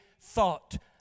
thought